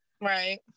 Right